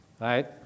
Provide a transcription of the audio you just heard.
right